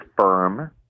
firm